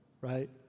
right